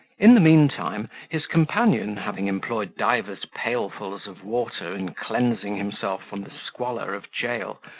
in the mean time, his companion, having employed divers pailfuls of water in cleansing himself from the squalor of jail,